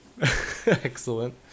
Excellent